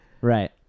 right